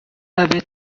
avait